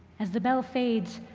as the bell fades,